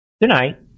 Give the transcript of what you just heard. tonight